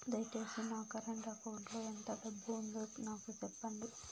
దయచేసి నా current account లో ఎంత డబ్బు ఉందో నాకు సెప్పండి